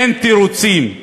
אין תירוצים.